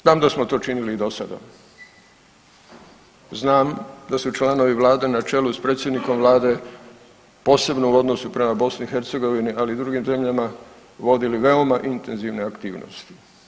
Znam da smo to činili i dosada, znam da su članovi Vlade na čelu s predsjednikom Vlade posebno u odnosu prema BiH, ali i drugim zemljama vodili veoma intenzivne aktivnosti.